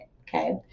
okay